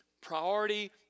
priority